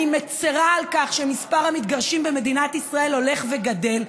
אני מצרה על כך שמספר המתגרשים במדינת ישראל הולך וגדל,